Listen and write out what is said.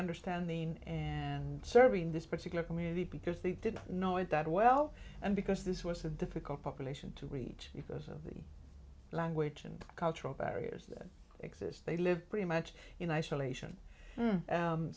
understanding and serving this particular community because they didn't know it that well and because this was a difficult population to reach because of the language and cultural barriers that exist they lived pretty much in isolation